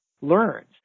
learns